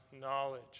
knowledge